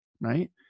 right